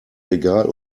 regal